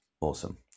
Awesome